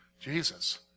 Jesus